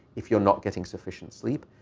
if you're not getting sufficient sleep,